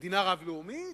מדינה רב-לאומית?